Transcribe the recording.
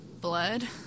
blood